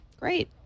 Great